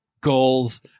goals